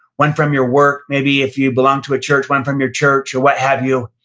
one from your work, maybe if you belong to a church, one from your church or what have you.